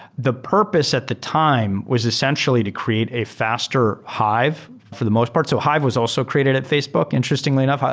the purpose at the time was essentially to create a faster hive for the most part. so hive was also created at facebook, interestingly enough.